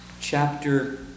chapter